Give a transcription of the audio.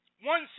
one